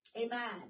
Amen